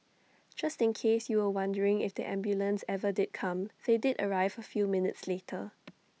just in case you were wondering if the ambulance ever did come they did arrive A few minutes later